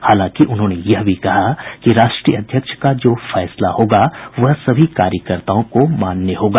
हालांकि उन्होंने यह भी कहा कि राष्ट्रीय अध्यक्ष का जो फैसला होगा वह सभी कार्यकर्ताओं को मान्य होगा